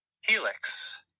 Helix